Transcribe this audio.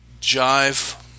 Jive